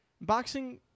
Boxing